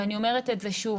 ואני אומרת את זה שוב,